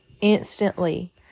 Instantly